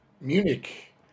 Munich